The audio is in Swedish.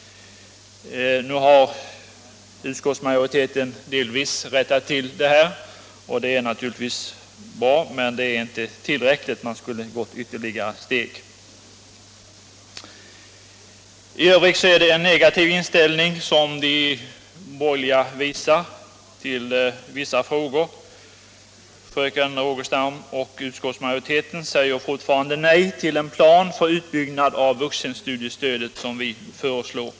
Nu har utskottsmajoriteten delvis rättat till det här. Det är naturligtvis 203 bra, men det är inte tillräckligt. Man skulle ha tagit ytterligare ett steg. I övrigt visar de borgerliga en negativ inställning till vissa andra frågor. Fröken Rogestam och utskottsmajoriteten säger fortfarande nej till en plan för utbyggnad av vuxenstudiestödet som vi föreslår.